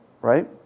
right